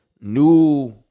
new